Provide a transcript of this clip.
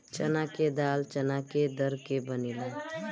चना के दाल चना के दर के बनेला